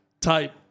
type